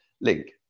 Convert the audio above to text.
link